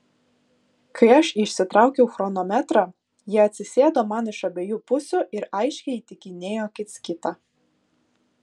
kai aš išsitraukiau chronometrą jie atsisėdo man iš abiejų pusių ir aiškiai įtikinėjo kits kitą